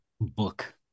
book